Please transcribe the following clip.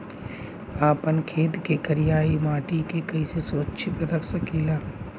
आपन खेत के करियाई माटी के कइसे सुरक्षित रख सकी ला?